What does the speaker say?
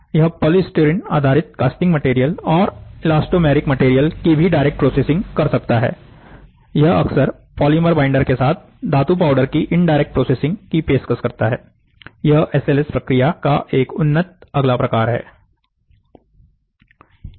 यह पॉलीस्टीरीन आधारित casting material और इलास्टोमेरिक मटेरियल की भी डायरेक्ट प्रोसेसिंग कर सकता है और यह अक्सर पॉलीमर बाइंडर के साथ धातु पाउडर की इनडायरेक्ट प्रोसेसिंग की पेशकश करता है यह एस एल एस प्रक्रिया का एक उन्नत अगला प्रकार है